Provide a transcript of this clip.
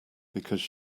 because